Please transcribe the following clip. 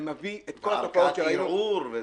זה מביא את כל התופעות שראינו.